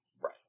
Right